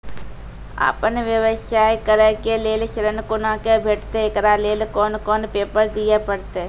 आपन व्यवसाय करै के लेल ऋण कुना के भेंटते एकरा लेल कौन कौन पेपर दिए परतै?